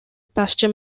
pasture